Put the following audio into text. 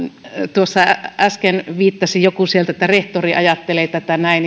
tuossa äsken joku sieltä viittasi että rehtori ajattelee tätä näin